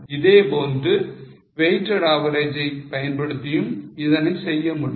இதேபோன்று weighted average ஐ பயன்படுத்தியும் இதனை செய்ய முடியும்